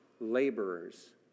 laborers